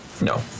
No